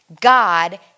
God